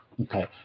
Okay